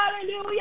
Hallelujah